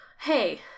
hey